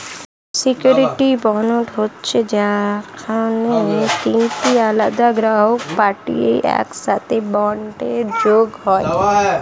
surety bond হচ্ছে যেখানে তিনটে আলাদা গ্রাহক পার্টি একসাথে বন্ডে যোগ হয়